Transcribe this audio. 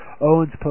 Owen's